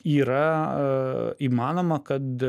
yra įmanoma kad